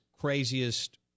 craziest